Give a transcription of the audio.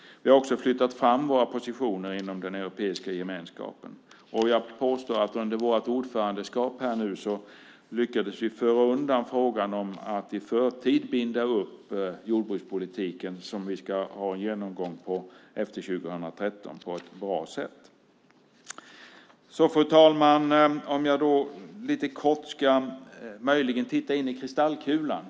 Vi har också flyttat fram våra positioner inom den europeiska gemenskapen. Jag påstår att vi under vårt ordförandeskap lyckades få undan frågan om att i förtid binda upp jordbrukspolitiken efter 2013, som vi ska ha en genomgång av, på ett bra sätt. Fru talman! Jag kan då lite kort möjligen titta in i kristallkulan.